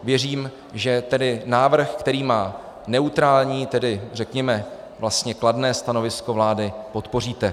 Věřím, že návrh, který má neutrální, tedy řekněme vlastně kladné stanovisko vlády, podpoříte.